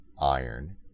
iron